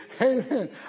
Amen